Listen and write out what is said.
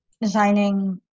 designing